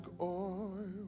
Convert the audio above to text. oil